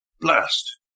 Blast